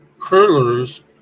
curlers